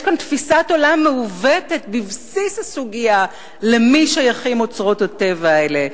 יש כאן תפיסת עולם מעוותת בבסיס הסוגיה למי שייכים אוצרות הטבע האלה,